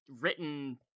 written